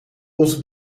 onze